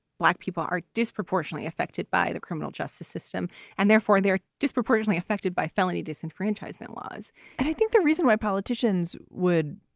black people are disproportionately affected by the criminal justice system and therefore they're disproportionately affected by felony disenfranchisement laws and i think the reason why politicians would.